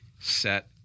set